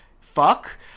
Fuck